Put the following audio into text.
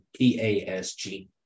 PASG